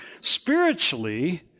spiritually